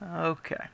Okay